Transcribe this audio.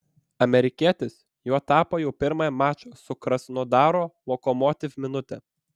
amerikietis juo tapo jau pirmąją mačo su krasnodaro lokomotiv minutę